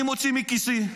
אני מוציא מכיסי,